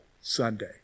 Sunday